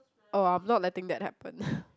oh I'm not letting that happen